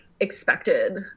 expected